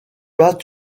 pas